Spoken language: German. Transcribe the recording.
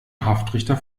haftrichter